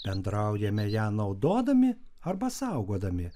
bendraujame ją naudodami arba saugodami